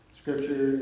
scripture